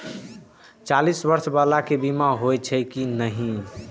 चालीस बर्ष बाला के बीमा होई छै कि नहिं?